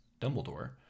Dumbledore